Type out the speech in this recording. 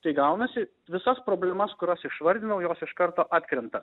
tai gaunasi visas problemas kuros išvardinau jos iš karto atkrenta